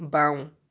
বাওঁ